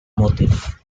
motif